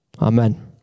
Amen